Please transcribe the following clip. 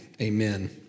Amen